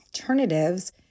alternatives